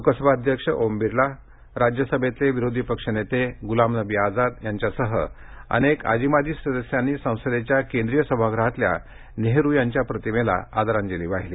लोकसभा अध्यक्ष ओम बिर्ला राज्यसभेतले विरोधी पक्षनेते गुलाम नबी आझाद यांच्यासह अनेक आजी माजी सदस्यांनी संसदेच्या केंद्रीय सभागृहातल्या नेहरु यांच्या प्रतिमेला आदरांजली वाहिली